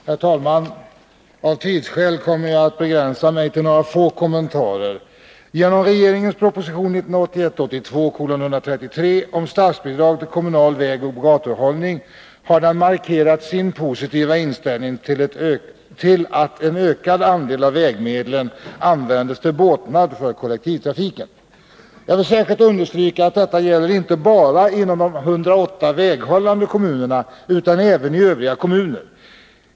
Herr talman! Av tidsskäl kommer jag att begränsa mig till några få kommentarer. Genom regeringens proposition 1981/82:133 om statsbidrag till kommunal vägoch gatuhållning har regeringen markerat sin positiva inställning till att en ökad andel av vägmedlen används till båtnad för kollektivtrafiken. Jag vill särskilt understryka att detta inte bara gäller inom de 108 väghållande kommuerna utan även i övriga kommuner.